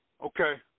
Okay